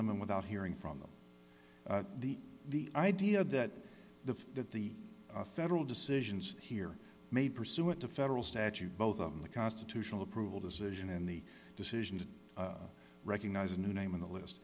them and without hearing from them the the idea that the that the federal decisions here may pursue it to federal statute both of the constitutional approval decision and the decision to recognize a new name on the list